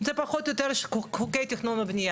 זה פחות או יותר חוקי תכנון ובנייה.